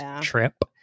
trip